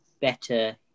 better